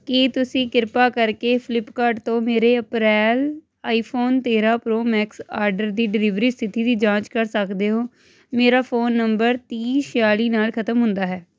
ਕੀ ਤੁਸੀਂ ਕਿਰਪਾ ਕਰਕੇ ਫਲਿਪਕਾਰਟ ਤੋਂ ਮੇਰੇ ਅਪ੍ਰੈਲ ਆਈਫੋਨ ਤੇਰ੍ਹਾਂ ਪ੍ਰੋ ਮੈਕਸ ਆਰਡਰ ਦੀ ਡਿਲਿਵਰੀ ਸਥਿਤੀ ਦੀ ਜਾਂਚ ਕਰ ਸਕਦੇ ਹੋ ਮੇਰਾ ਫ਼ੋਨ ਨੰਬਰ ਤੀਹ ਛਿਆਲੀ ਨਾਲ ਖਤਮ ਹੁੰਦਾ ਹੈ